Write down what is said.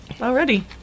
Already